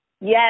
Yes